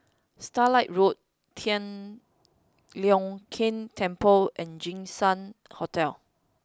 Starlight Road Tian Leong Keng Temple and Jinshan Hotel